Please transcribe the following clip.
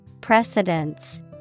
Precedence